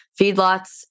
Feedlots